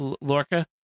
Lorca